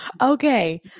Okay